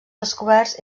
descoberts